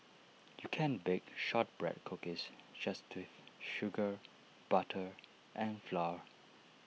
you can bake Shortbread Cookies just with sugar butter and flour